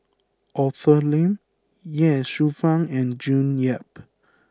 Arthur Lim Ye Shufang and June Yap